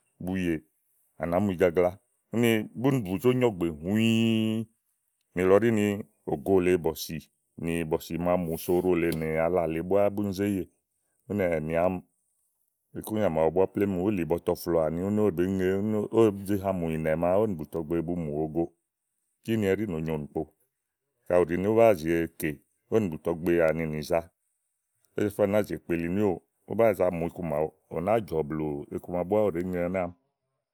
Bu yèè, ba mù igagla. búni bù zó nyo ɔ̀gbè hũĩ nìlɔ ɖí ni ògo lèe bɔ̀sì màa mù sò oɖo lèe náa la lèe búá búni zé yè úni ɛ̀nì àámi, ikúnyà màaɖu búá plémú bùú wulì bɔtɔflòo àni úni ówó bèé ŋe úni ówò òó ze ha mù màa ówó nì bùtɔgbe bu mu òwogòo. kíni ɛɖí nòo nyo ìnùkpo. kàɖi ù ɖi ni ówó báá zì ekè ówò bàáa zì amù iku màawu nìza, ú náa jɔ̀blù iku màa búá ówo ɖèé ŋe ɛnɛ àámi.